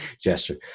gesture